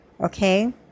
okay